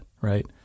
right